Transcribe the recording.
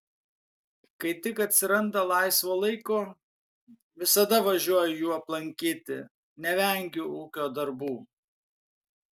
kai tik atsiranda laisvo laiko visada važiuoju jų aplankyti nevengiu ūkio darbų